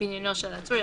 בעניינו של עצור,